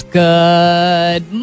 good